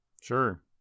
Sure